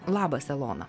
labas elona